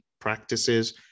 practices